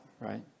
right